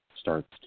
starts